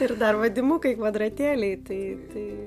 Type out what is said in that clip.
ir dar vadimukai kvadratėliai tai tai